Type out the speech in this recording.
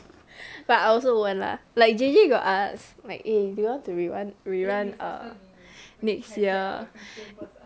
but I also won't lah like J J got ask like eh do you want to re run re run err next year